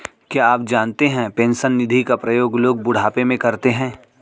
क्या आप जानते है पेंशन निधि का प्रयोग लोग बुढ़ापे में करते है?